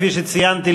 כפי שציינתי,